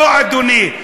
לא, אדוני.